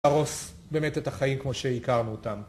ארוס באמת את החיים כמו שהכרנו אותם.